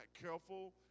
careful